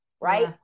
right